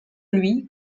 lui